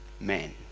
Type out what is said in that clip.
men